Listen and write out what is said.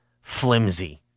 flimsy